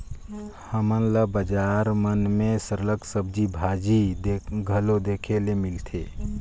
हमन ल बजार मन में सरलग सब्जी भाजी घलो देखे ले मिलथे